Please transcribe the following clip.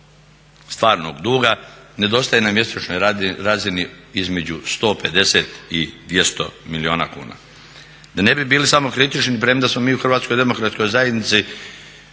stvarnog duga, nedostaje na mjesečnoj razini između 150 i 200 milijuna kuna. Da ne bi bili samokritični, premda smo mi u Hrvatskoj demokratskoj zajednici